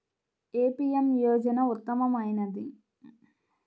ఏ PM యోజన ఉత్తమమైనది?